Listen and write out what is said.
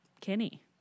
Kenny